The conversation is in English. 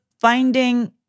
finding